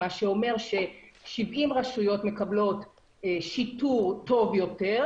מה שאומר ש-70 רשויות מקבלות שיטור טוב יותר,